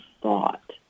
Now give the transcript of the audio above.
thought